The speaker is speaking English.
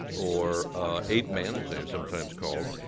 or ape man, as they are sometimes called.